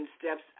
steps